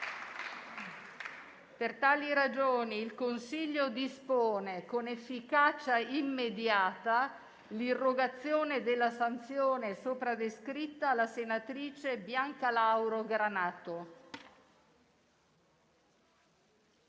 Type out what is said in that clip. Per tali ragioni il Consiglio dispone, con efficacia immediata, l'irrogazione della sanzione sopra descritta alla senatrice Bianca Laura Granato.